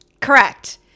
Correct